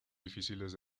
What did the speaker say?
difíciles